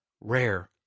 rare